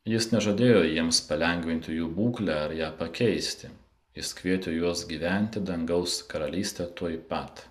jis nežadėjo jiems palengvinti jų būklę ar ją pakeisti jis kvietė juos gyvent į dangaus karalystę tuoj pat